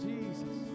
Jesus